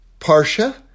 Parsha